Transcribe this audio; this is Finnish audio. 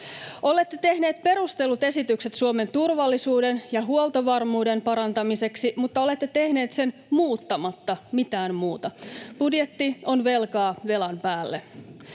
Olette tehneet perustellut esitykset Suomen turvallisuuden ja huoltovarmuuden parantamiseksi, mutta olette tehneet sen muuttamatta mitään muuta. Budjetti on velkaa velan päälle.